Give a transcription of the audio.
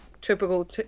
Typical